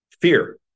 fear